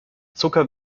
zucker